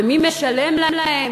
ומי משלם להם?